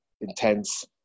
intense